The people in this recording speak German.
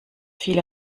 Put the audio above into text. viel